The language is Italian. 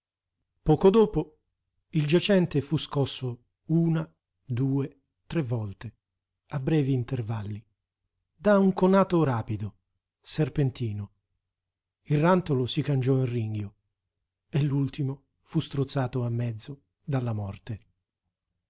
dopo il giacente fu scosso una due tre volte a brevi intervalli da un conato rapido serpentino il rantolo si cangiò in ringhio e l'ultimo fu strozzato a mezzo dalla morte